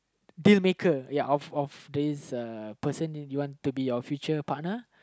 deal maker ya of of this uh person that you want to be your future partner